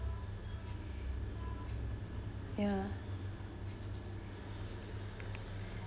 ya